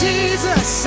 Jesus